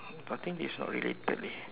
but I think this is not related leh